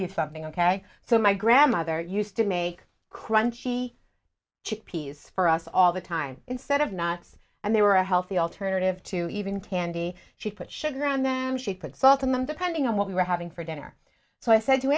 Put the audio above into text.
you something ok so my grandmother used to make crunchy chickpeas for us all the time instead of knots and they were a healthy alternative to even tandi she put sugar on them she put salt in them depending on what we were having for dinner so i said